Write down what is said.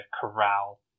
corral